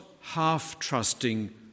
half-trusting